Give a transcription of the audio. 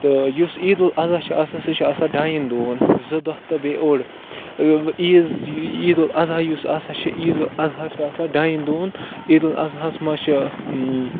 تہٕ یُس عیٖد الضحیٰ چھِ آسان سُہ چھِ آسان ڈایَن دۄہَن زٕ دۄہ تہٕ بیٚیہِ اوٚڑ عیٖذ عیٖد الضحیٰ یُس آسان چھِ عیٖد الضحیٰ چھُ آسان ڈایَن دۄہَن عیٖد الضحیٰ منٛز چھُ